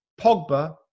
Pogba